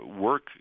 work